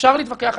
של הציבור יגבר.